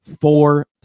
four